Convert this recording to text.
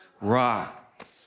rock